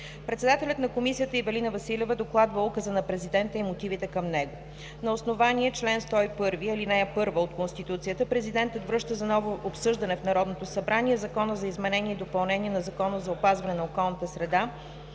Председателят на комисията Ивелина Василева докладва Указа на Президента и мотивите към него. На основание чл. 101, ал. 1 от Конституцията, президентът връща за ново обсъждане в Народното събрание Закона за изменение и допълнение на Закона за опазване на околната среда,